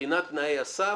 בחינת תנאי הסף